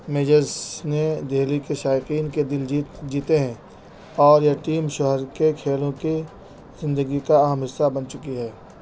میجز نے دہلی کے شائقین کے دل جیت جیتے ہیں اور یہ ٹیم شہر کے کھیلوں کی زندگی کا اہم حصہ بن چکی ہے